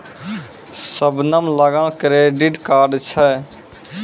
शबनम लगां credit card छै